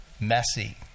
messy